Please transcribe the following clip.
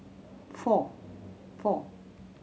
four four